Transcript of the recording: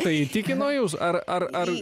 tai įtikino jus ar ar